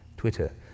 Twitter